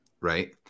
right